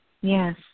Yes